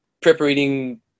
preparing